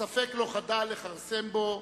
הספק לא חדל לכרסם בו,